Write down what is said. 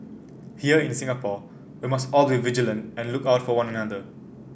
here in Singapore we must all be vigilant and look out for one another